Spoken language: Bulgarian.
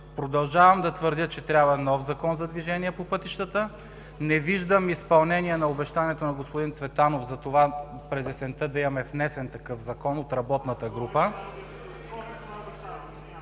Продължавам да твърдя, че трябва нов Закон за движение по пътищата. Не виждам изпълнение на обещанието на господин Цветанов през есента да има внесен такъв Закон от работната група.